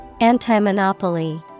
anti-monopoly